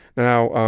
now,